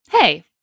hey